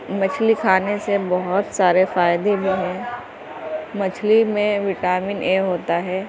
مچھلی کھانے سے بہت سارے فائدے بھی ہیں مچھلی میں وٹامن اے ہوتا ہے